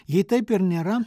jei taip ir nėra